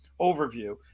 overview